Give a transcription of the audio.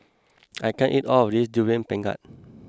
I can't eat all of this Durian Pengat